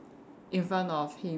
in front of him